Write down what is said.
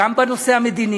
גם בנושא המדיני,